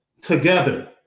together